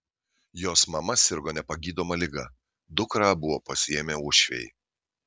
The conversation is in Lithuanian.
jos mama sirgo nepagydoma liga dukrą buvo pasiėmę uošviai